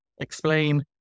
explain